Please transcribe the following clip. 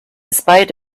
spite